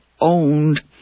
owned